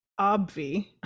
Obvi